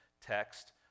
text